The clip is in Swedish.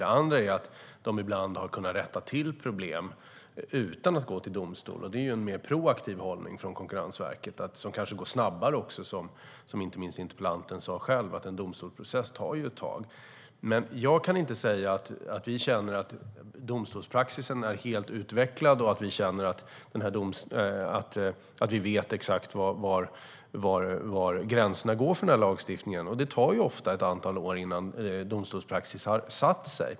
Det andra är att de ibland har kunnat rätta till problem utan att gå till domstol. Det är en mer proaktiv hållning från Konkurrensverket, och det kanske också går snabbare. Interpellanten sa också själv att en domstolsprocess tar ett tag. Jag kan inte säga att vi känner att domstolspraxis är helt utvecklad och att vi vet exakt var gränserna går för lagstiftningen. Det tar ofta ett antal år innan domstolspraxis har satt sig.